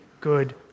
good